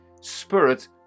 Spirit